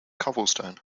cobblestone